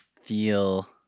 feel